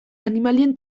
animalien